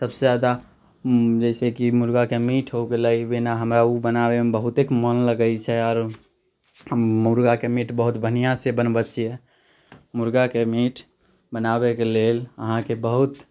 सभ से जादा जइसे कि मुर्गाके मीट हो गेलै जेना हमरा ओ बनाबैमे बहुते मन लगैत छै आओर हम मुर्गाके मीट बहुत बढ़िआँ से बनबैत छियै मुर्गाके मीट बनाबैके लेल अहाँकेँ बहुत